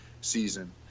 season